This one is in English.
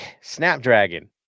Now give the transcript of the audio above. snapdragon